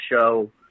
show